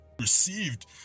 received